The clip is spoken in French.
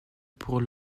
pour